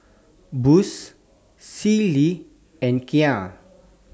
Boost Sealy and Kia